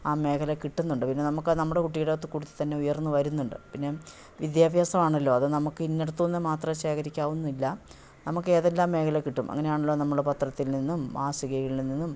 ആ മേഖലെ കിട്ടുന്നുണ്ട് പിന്നെ നമുക്ക് നമ്മുടെ കുട്ടിടെ അടുത്ത് കൂട്ടത്തിൽ തന്നെ ഉയർന്നു വരുന്നുണ്ട് പിന്നെ വിദ്യാഭ്യാസമാണല്ലോ അത് നമുക്ക് ഇന്ന ഇടത്തു നിന്ന് മാത്രേ ശേഖരിക്കാവുന്നില്ല നമുക്ക് ഏതെല്ലാം മേഖലെ കിട്ടും അങ്ങനെയാണല്ലോ നമ്മള് പത്രത്തിൽ നിന്നും മാസികയിൽ നിന്നും